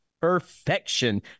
Perfection